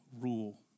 rule